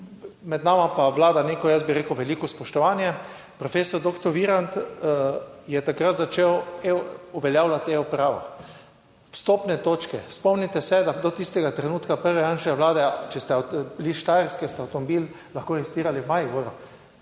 Med nama pa vlada neko, jaz bi rekel, veliko spoštovanje. Profesor doktor Virant, je takrat začel uveljavljati e-upravo, vstopne točke, spomnite se, da do tistega trenutka prve Janševe vlade, če ste bili s Štajerske, ste avtomobil lahko registrirali v Mariboru.